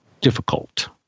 difficult